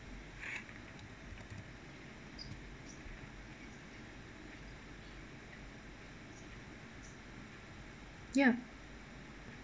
ya